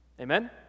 Amen